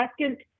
second